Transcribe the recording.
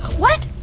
what?